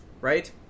Right